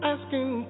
Asking